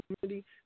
community